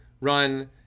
run